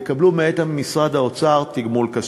יקבלו ממשרד האוצר תגמול כספי.